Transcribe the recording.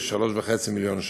כ-3.5 מיליון שקל.